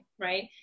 right